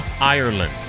Ireland